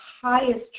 highest